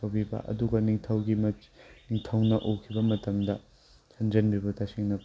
ꯇꯧꯕꯤꯕ ꯑꯗꯨꯒ ꯅꯤꯡꯊꯧꯒꯤ ꯅꯤꯡꯊꯧꯅ ꯎꯈꯤꯕ ꯃꯇꯝꯗ ꯁꯟꯗ꯭ꯔꯦꯝꯕꯤꯕꯨ ꯇꯁꯦꯡꯅ